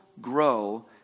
grow